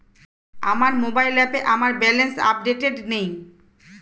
আমার মোবাইল অ্যাপে আমার ব্যালেন্স আপডেটেড নেই